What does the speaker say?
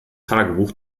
tagebuch